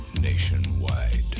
Nationwide